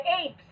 apes